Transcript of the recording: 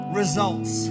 results